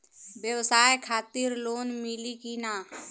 ब्यवसाय खातिर लोन मिली कि ना?